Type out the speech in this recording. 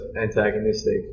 antagonistic